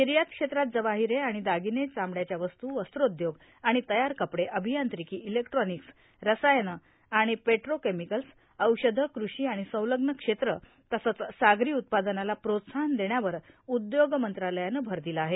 निर्यात क्षेत्रात जवाहीरे आाणि दागिने चामड्याच्या वस्तू वस्त्रोद्योग आणि तयार कपडे अभियांत्रिकी इलेक्ट्रॉनिक्स रसायने आणि पेट्रोकेमिकल्स औषधं कृषी आणि संलग्न क्षेत्र तसंच सागरी उत्पादनाला प्रोत्साहन देण्यावर उद्योग मंत्रालयानं भर दिला आहे